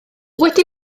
wedi